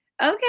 Okay